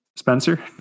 spencer